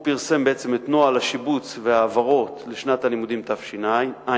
הוא פרסם את נוהל השיבוץ וההעברות לשנת הלימודים תשע"א,